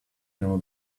know